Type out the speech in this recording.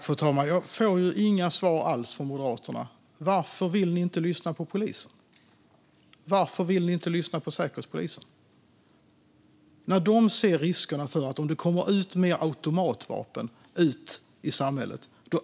Fru talman! Jag får inga svar alls från Moderaterna. Varför vill ni inte lyssna på polisen och Säkerhetspolisen? Det är ju självklart att risken för terrorbrott ökar om det kommer ut fler automatvapen i samhället.